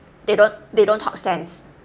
they don't they don't talk sense